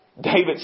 David